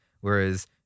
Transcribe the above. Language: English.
Whereas